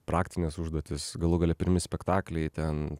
praktinės užduotys galų gale pirmi spektakliai ten